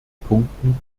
punkten